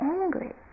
angry